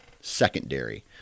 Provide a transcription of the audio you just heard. secondary